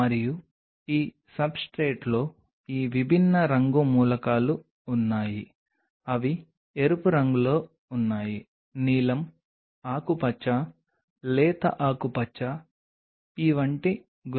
మరియు మేము అటాచ్ చేసే సెల్పై ఎక్స్ట్రాసెల్యులర్ మ్యాట్రిక్స్ మెటీరియల్స్ అందించే సంభావ్య పరస్పర చర్యల గురించి మాట్లాడుతాము